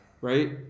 Right